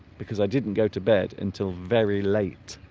because i didn't go to bed until very late